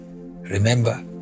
remember